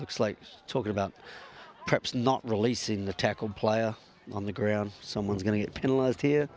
looks like he's talking about perhaps not releasing the tackled player on the ground someone's going to get penalized here